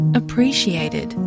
appreciated